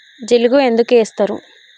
జిలుగు ఎందుకు ఏస్తరు?